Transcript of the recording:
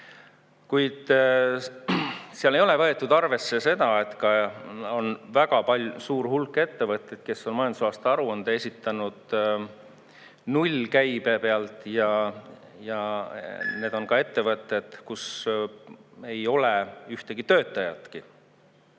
Kuid seal ei ole võetud arvesse seda, et on väga suur hulk ettevõtteid, kes on majandusaasta aruande esitanud nullkäibe pealt. Need on ka ettevõtted, kus ei ole ühtegi töötajatki.